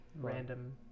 random